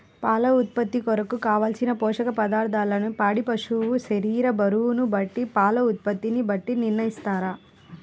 పాల ఉత్పత్తి కొరకు, కావలసిన పోషక పదార్ధములను పాడి పశువు శరీర బరువును బట్టి పాల ఉత్పత్తిని బట్టి నిర్ణయిస్తారా?